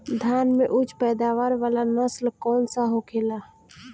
धान में उच्च पैदावार वाला नस्ल कौन सा होखेला?